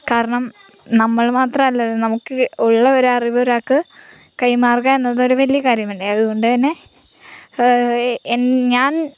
കാരണം നമ്മൾ മാത്രമല്ലല്ലോ നമുക്ക് ഉള്ള ഒരറിവ് ഒരാൾക്ക് കൈമാറുക എന്നത് ഒരു വലിയ കാര്യമല്ലേ അതുകൊണ്ട് തന്നെ ഞാൻ